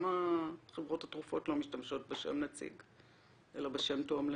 חברות התרופות לא משתמשות בשם נציג אלא בשם תועמלנים?